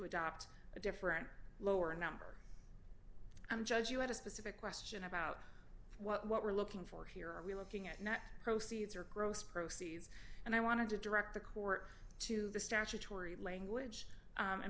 adopt a different lower number and judge you had a specific question about what we're looking for here are we looking at net proceeds or gross proceeds and i want to direct the court to the statutory language